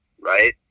right